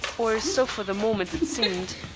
or so for the moment it seemed.